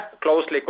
closely